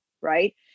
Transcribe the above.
right